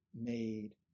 made